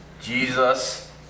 Jesus